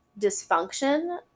dysfunction